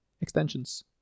Extensions